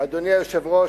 אדוני היושב-ראש,